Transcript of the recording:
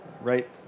Right